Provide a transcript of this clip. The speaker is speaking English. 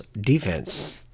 defense